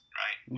right